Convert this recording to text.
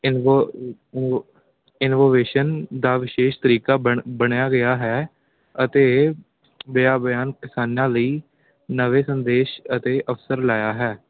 ਇਨਵੋ ਇਨੋ ਇਨੋਵੇਸ਼ਨ ਦਾ ਵਿਸ਼ੇਸ਼ ਤਰੀਕਾ ਬਣ ਬਣਿਆ ਗਿਆ ਹੈ ਅਤੇ ਕਿਸਾਨਾਂ ਲਈ ਨਵੇਂ ਸੰਦੇਸ਼ ਅਤੇ ਅਵਸਰ ਲਾਇਆ ਹੈ